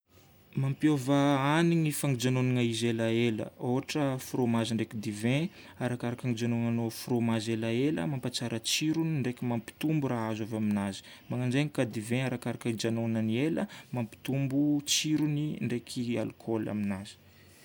Mampiova hanigny ny fampijanonana izy elaela. Ohatra frômazy ndraiky divay, arakaraka ny hijanonanao frômazy elaela mampatsara tsiro ndraiky mampitombo raha azo avy aminazy. Ahoana ndray ny cas du vin, arakaraka ny hijanonany ela mampitombo tsirony ndraiky alkôla aminazy.